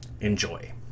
enjoy